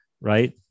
right